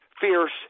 fierce